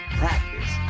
practice